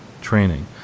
training